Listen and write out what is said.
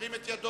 ירים את ידו.